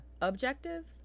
Objective